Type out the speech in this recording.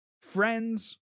friends